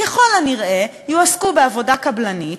ככל הנראה יועסקו בעבודה קבלנית,